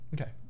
Okay